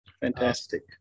Fantastic